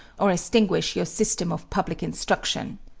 or extinguish your system of public instruction.